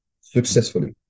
successfully